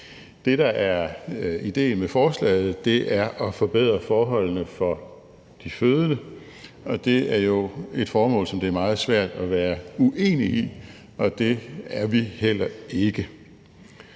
Det, der er idéen med forslaget, er at forbedre forholdene for de fødende, og det er jo et formål, som det er meget svært at være uenig i, og det er vi heller ikke.